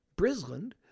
Brisland